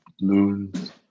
loons